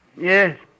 Yes